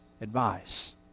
advice